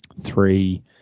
three